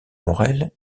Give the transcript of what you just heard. morel